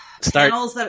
Start